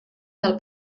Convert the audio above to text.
del